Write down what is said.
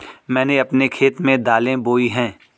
मैंने अपने खेत में दालें बोई हैं